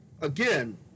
Again